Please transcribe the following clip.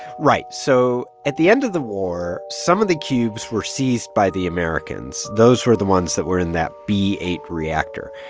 right. so at the end of the war, some of the cubes were seized by the americans. those were the ones that were in that b eight reactor.